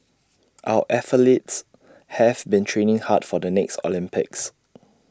our athletes have been training hard for the next Olympics